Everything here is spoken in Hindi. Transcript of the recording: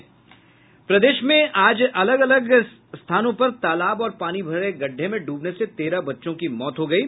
प्रदेश मे आज अलग अलग स्थानों पर तालाब और पानी भरे गड्ढे में ड्बने से तेरह बच्चों की मौत हो गयी